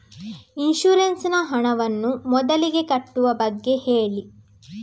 insurance ನ ಹಣವನ್ನು ಮೊದಲಿಗೆ ಕಟ್ಟುವ ಬಗ್ಗೆ ಹೇಳಿ